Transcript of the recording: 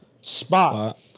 Spot